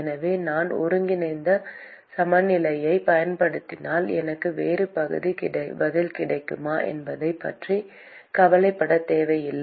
எனவே நான் ஒருங்கிணைந்த சமநிலையைப் பயன்படுத்தினால் எனக்கு வேறு பதில் கிடைக்குமா என்பதைப் பற்றி கவலைப்படத் தேவையில்லை